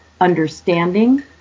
understanding